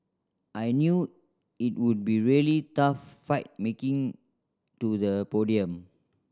I knew it would be a really tough fight making to the podium